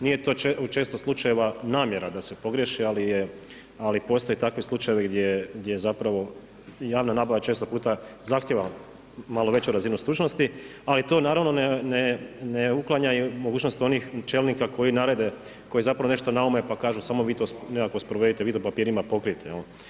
Nije to u često slučajeva namjera da se pogriješi ali postoje takvi slučajevi gdje zapravo javna nabava zahtijeva malo veću razinu stručnosti, ali to naravno ne uklanja mogućnost onih čelnika koji narede, koji zapravo nešto naume pa kažu samo vi to nekako sprovedite, vi to u papirima pokrite.